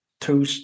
two